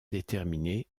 déterminée